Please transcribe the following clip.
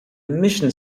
mission